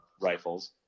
rifles